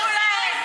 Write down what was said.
תאפשרו להם.